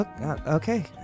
Okay